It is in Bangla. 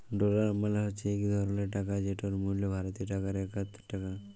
ডলার মালে হছে ইক ধরলের টাকা যেটর মূল্য ভারতীয় টাকায় একাত্তর টাকা